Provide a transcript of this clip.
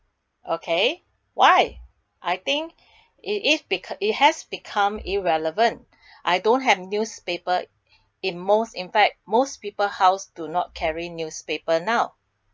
okay why I think it is becau~ it has become irrelevant I don't have newspaper in most in fact most people's house do not carry newspaper now